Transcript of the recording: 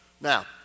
Now